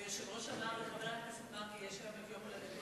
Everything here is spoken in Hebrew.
היושב-ראש אמר, לחבר הכנסת מרגי יש גם יום הולדת,